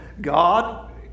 God